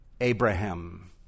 Abraham